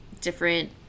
different